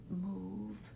move